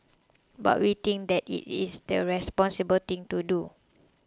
but we think that it is the responsible thing to do